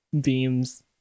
beams